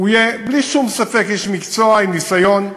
יהיה בלי שום ספק איש מקצוע עם ניסיון,